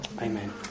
Amen